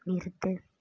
நிறுத்து